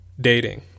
Dating